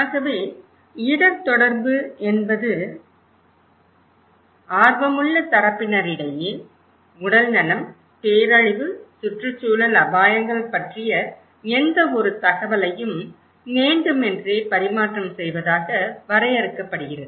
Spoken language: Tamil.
ஆகவே இடர் தொடர்பு என்பது ஆர்வமுள்ள தரப்பினரிடையே உடல்நலம் பேரழிவு சுற்றுச்சூழல் அபாயங்கள் பற்றிய எந்தவொரு தகவலையும் வேண்டுமென்றே பரிமாற்றம் செய்வதாக வரையறுக்கப்படுகிறது